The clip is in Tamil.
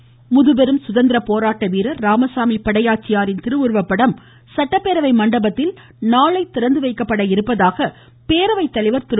தனபால் முதுபெரும் சுதந்திர போராட்ட வீரர் ராமசாமி படையாச்சியாரின் திருவுருவப்படம் சட்டப்பேரவை மண்டபத்தில் நாளை திறந்துவைக்கப்பட இருப்பதாக பேரவைத்தலைவர் திரு